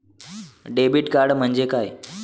Debit card म्हणजे काय?